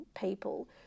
people